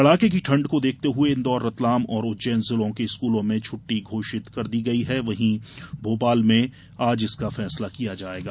कड़ाके की ठण्ड को देखते हए इंदौर रतलाम और उज्जैन जिलों के स्कूलों में छुट्टी घोषित कर दी गई है वहीं भोपाल में इसका फैसला आज किया जायेगा